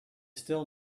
still